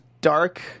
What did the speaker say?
dark